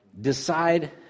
decide